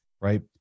right